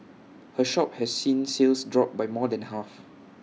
her shop has seen sales drop by more than half